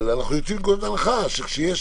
אנחנו יוצאים מנקודת הנחה שכאשר יש